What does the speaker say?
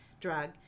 drug